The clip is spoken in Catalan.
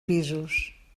pisos